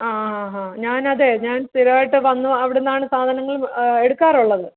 ആ ആ ഹാ ഞാൻ അതെ ഞാൻ സ്ഥിരമായിട്ട് വന്ന് അവിടുന്നാണ് സാധനങ്ങൾ എടുക്കാറുള്ളത്